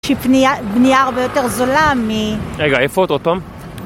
היא בניה הרבה יותר זולה מ... רגע, איפה את עוד פעם?